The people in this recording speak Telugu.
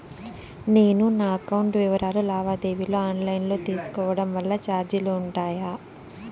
నేను నా అకౌంట్ వివరాలు లావాదేవీలు ఆన్ లైను లో తీసుకోవడం వల్ల చార్జీలు ఉంటాయా?